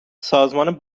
سازمان